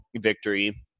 victory